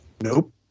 Nope